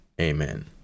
amen